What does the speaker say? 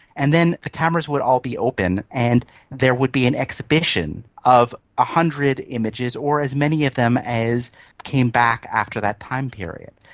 and then the cameras would all be opened and there would be an exhibition of one ah hundred images or as many of them as came back after that time period.